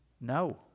No